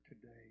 today